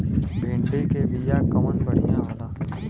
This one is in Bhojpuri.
भिंडी के बिया कवन बढ़ियां होला?